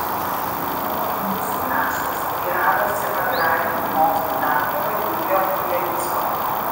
to mūsų kraštas teiravosi agrarinių mokslų daktaro jurgio chlevicko